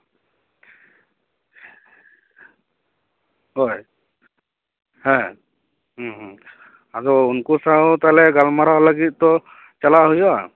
ᱦᱳᱭ ᱦᱮᱸ ᱦᱩᱸ ᱦᱩᱸ ᱟᱫᱚ ᱩᱱᱠᱩ ᱥᱟᱶ ᱛᱟᱦᱚᱞᱮ ᱜᱟᱞᱢᱟᱨᱟᱣ ᱞᱟᱹᱜᱤᱫ ᱛᱚ ᱪᱟᱞᱟᱜ ᱦᱩᱭᱩᱜᱼᱟ